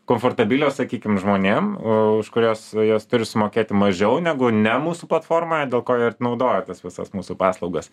komfortabilios sakykim žmonėm už kuriuos jos turi sumokėti mažiau negu ne mūsų platformoje dėl ko ir naudoja tas visas mūsų paslaugas